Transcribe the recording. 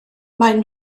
maen